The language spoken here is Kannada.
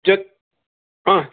ಚೆಕ್ ಹಾಂ